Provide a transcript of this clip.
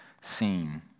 seen